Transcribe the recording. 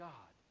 God